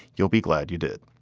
you'll be glad you did